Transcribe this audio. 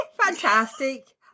Fantastic